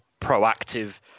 proactive